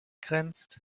grenzt